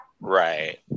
Right